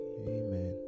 Amen